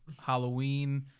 Halloween